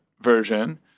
version